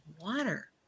water